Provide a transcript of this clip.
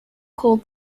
called